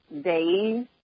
days